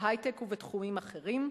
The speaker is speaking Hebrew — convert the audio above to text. בהיי-טק ובתחומים אחרים,